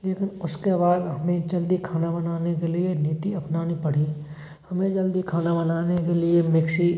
लेकिन उसके बाद हमें जल्दी खाना बनाने के लिए नीति अपनानी पड़ी हमें जल्दी खाना बनाने के लिए मिक्सी